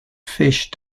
fish